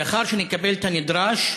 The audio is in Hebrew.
לאחר שנקבל את הנדרש,